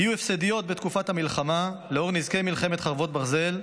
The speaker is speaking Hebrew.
יהיו הפסדיות בתקופת המלחמה לאור נזקי מלחמת חרבות ברזל,